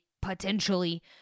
potentially